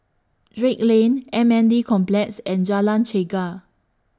Drake Lane M N D Complex and Jalan Chegar